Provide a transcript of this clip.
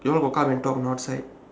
you all got come and talk or not outside